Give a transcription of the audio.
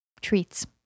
treats